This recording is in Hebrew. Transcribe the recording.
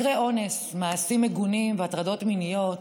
מקרי אונס, מעשים מגונים והטרדות מיניות